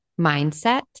mindset